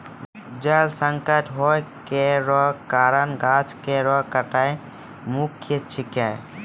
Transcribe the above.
जल संकट होय केरो कारण गाछ केरो कटाई मुख्य छिकै